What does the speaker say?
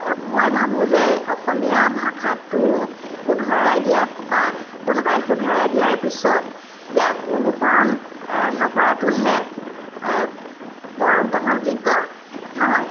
মই ভাবোঁ যে অসমীয়া ভাষাটো শুধৰাই দিয়াত বা কোনোবাই সোধৰাই দিয়াৰ পিছত ইয়াক অনুকৰণ নকৰাটোহে বৰ গ্ৰহণযোগ্য নহয়